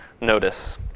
notice